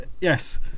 yes